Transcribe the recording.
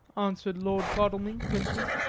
answered lord godalming quickly.